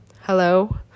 hello